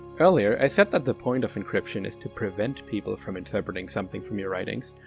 earlier, i said that the point of encryption is to prevent people from interpreting something from your writings,